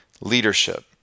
leadership